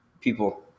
people